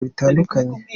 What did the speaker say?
bitandukanye